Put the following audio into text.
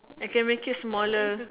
I can make it smaller